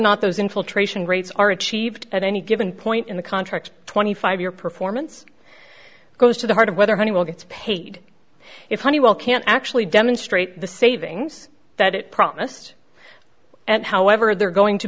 not those infiltration rates are achieved at any given point in the contract twenty five year performance goes to the heart of whether honeywell gets paid if honeywell can actually demonstrate the savings that it promised and however they're going to